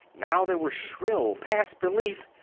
now they were shrill past belief,